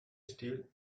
steel